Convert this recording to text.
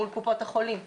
מול קופות החולים.